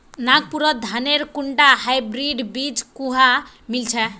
नागपुरत धानेर कुनटा हाइब्रिड बीज कुहा मिल छ